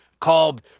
called